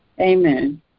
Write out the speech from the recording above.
Amen